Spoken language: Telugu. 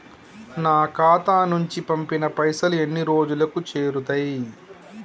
నా ఖాతా నుంచి పంపిన పైసలు ఎన్ని రోజులకు చేరుతయ్?